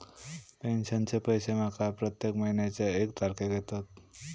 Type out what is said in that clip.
पेंशनचे पैशे माका प्रत्येक महिन्याच्या एक तारखेक येतत